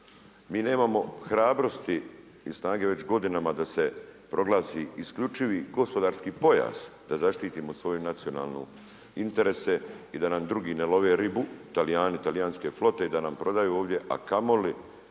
mi nemamo hrabrosti ni snage već godinama da se proglasi isključivi gospodarski pojas da zaštitimo svoju nacionalne interese i da nam drugi ne love ribu, Talijani, talijanske flote i da nam prodaju ovdje, a kamoli